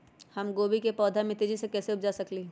हम गोभी के पौधा तेजी से कैसे उपजा सकली ह?